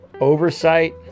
oversight